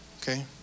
okay